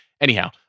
anyhow